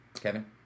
Kevin